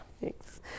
Thanks